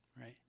right